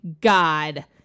god